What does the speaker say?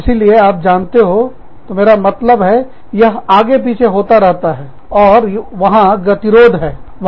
इसीलिए आप जानते हो तो मेरा मतलब है यह आगे पीछे होता रहता है और वहां गतिरोध है